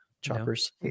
Choppers